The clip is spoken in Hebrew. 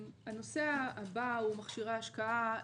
הנושא הבא הוא מכשירי השקעה.